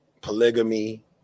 polygamy